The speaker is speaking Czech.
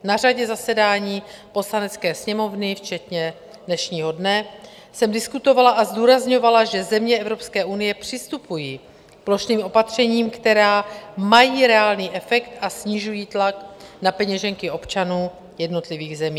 Na řadě zasedání Poslanecké sněmovny, včetně dnešního dne, jsem diskutovala a zdůrazňovala, že země Evropské unie přistupují k plošným opatřením, která mají reálný efekt a snižují tlak na peněženky občanů jednotlivých zemí.